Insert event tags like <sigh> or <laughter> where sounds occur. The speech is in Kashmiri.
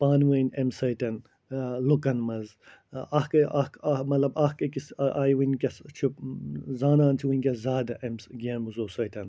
پانہٕ ؤنۍ اَمہِ سۭتۍ لُکَن منٛز اَکھ اَکھ <unintelligible> مطلب اَکھ أکِس آیہِ ؤنۍکٮ۪س چھِ زانان چھِ وٕنۍکٮ۪س زیادٕ اَمہِ <unintelligible> گیمزَو سۭتۍ